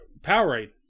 Powerade